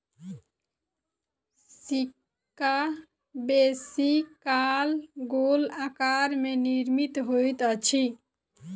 सिक्का बेसी काल गोल आकार में निर्मित होइत अछि